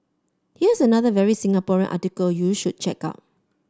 here's another very Singaporean article you should check out